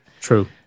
True